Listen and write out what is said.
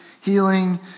healing